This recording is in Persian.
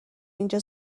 اینجا